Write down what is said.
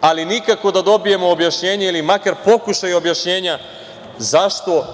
ali nikako da dobijemo objašnjenje ili makar pokušaj objašnjenja zašto,